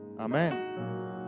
Amen